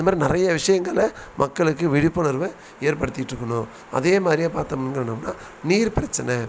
இந்த மாதிரி நிறைய விஷயங்கள மக்களுக்கு விழிப்புணர்வை ஏற்படுத்திகிட்டு இருக்கணும் அதேமாதிரியே பார்த்தமுன்னு சொன்னமுன்னா நீர் பிரச்சனை